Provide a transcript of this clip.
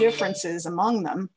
differences among them